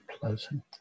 pleasant